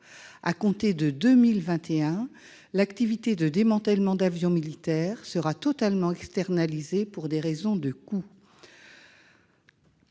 À compter de 2021, l'activité de démantèlement d'avions militaires sera totalement externalisée, pour des raisons de coût.